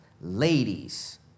ladies